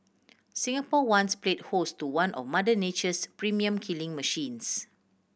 Singapore once played host to one of Mother Nature's premium killing machines